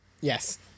Yes